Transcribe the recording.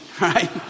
right